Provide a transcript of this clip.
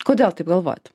kodėl taip galvojat